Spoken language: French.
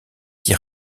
qui